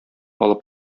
алып